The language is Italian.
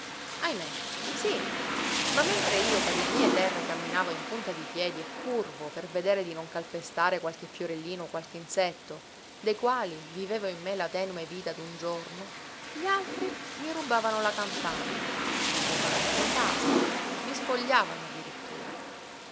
ahimè sí ma mentre io per le mie terre camminavo in punta di piedi e curvo per vedere di non calpestare qualche fiorellino o qualche insetto dei quali vivevo in me la tenue vita d'un giorno gli altri mi rubavano la campagna mi rubavano le case mi spogliavano addirittura